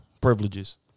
privileges